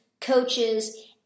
coaches